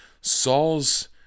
Saul's